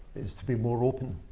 is to be more open.